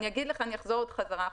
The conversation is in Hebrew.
אני אחזור חזרה אחורה.